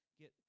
get